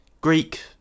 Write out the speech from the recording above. Greek